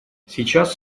сейчас